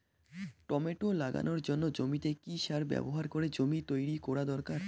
Tomato লাগানোর জন্য জমিতে কি সার ব্যবহার করে জমি তৈরি করা দরকার?